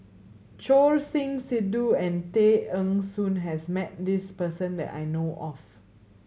Choor Singh Sidhu and Tay Eng Soon has met this person that I know of